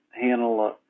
handle